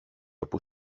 όπου